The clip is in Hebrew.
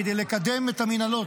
כדי לקדם את המינהלות,